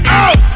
out